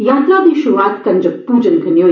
यात्रा दी श्रुआत कंजक पूजन कन्नै होई